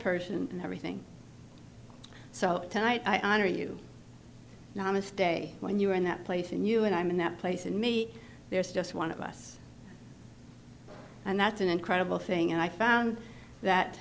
purge and everything so tonight i honor you know mama stay when you're in that place and you and i'm in that place and maybe there's just one of us and that's an incredible thing and i found that